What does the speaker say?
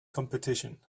competition